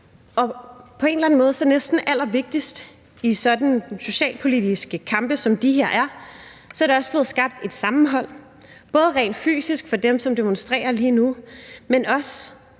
På en eller anden måde – og det er næsten allervigtigst i sådan nogle socialpolitiske kampe, som de her er – er der også blevet skabt et sammenhold, både rent fysisk for dem, som demonstrerer lige nu, men også